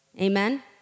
amen